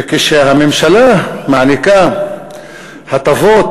וכשהממשלה מעניקה הטבות